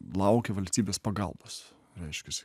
laukia valstybės pagalbos reiškiasi